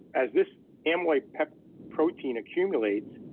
as this amyloid protein accumulates,